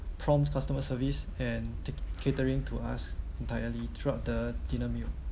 prompt customer service and take catering to us entirely throughout the dinner meal